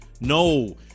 no